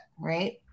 right